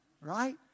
Right